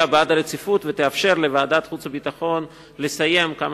בעד הרציפות ותאפשר לוועדת חוץ וביטחון לסיים כמה